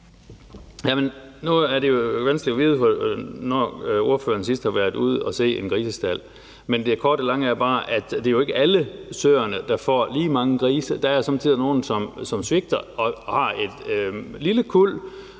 Nu er det jo vanskeligt at vide, hvornår ordføreren sidst har været ude at se en grisestald, men det korte af det lange er bare, det jo ikke er alle søer, der får lige mange grise. Der er somme tider nogle, som svigter og har et lille kuld.